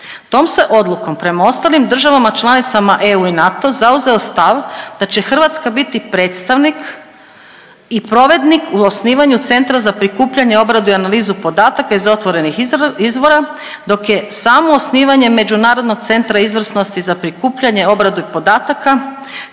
Tom se odlukom prema ostalim državama članicama EU i NATO zauzeo stav da će Hrvatska biti predstavnik i provednik u osnivanju Centra za prikupljanje, obradu i analizu podataka iz otvorenih izvora, dok je samo osnivanje Međunarodnog centra izvrsnosti za prikupljanje i obradu podataka